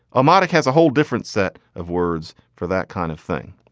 a monarch has a whole different set of words for that kind of thing.